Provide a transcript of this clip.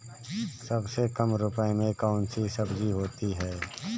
सबसे कम रुपये में कौन सी सब्जी होती है?